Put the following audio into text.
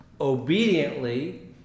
obediently